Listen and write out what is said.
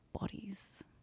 bodies